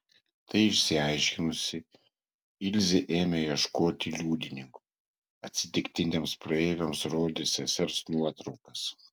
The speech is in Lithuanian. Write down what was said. tai išsiaiškinusi ilze ėmė ieškoti liudininkų atsitiktiniams praeiviams rodė sesers nuotraukas